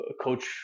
coach